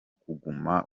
kuguma